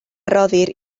roddir